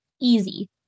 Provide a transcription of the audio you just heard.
easy